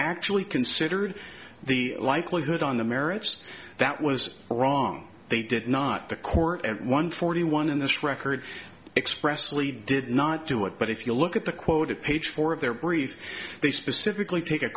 actually considered the likelihood on the merits that was a wrong thing did not the court at one forty one in this record expressly did not do it but if you look at the quote at page four of their brief they specifically take a